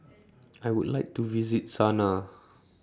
I Would like to visit Sanaa